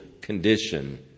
condition